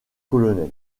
colonel